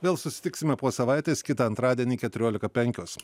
vėl susitiksime po savaitės kitą antradienį keturiolika penkios